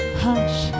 hush